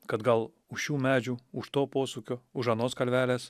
kad gal už šių medžių už to posūkio už anos kalvelės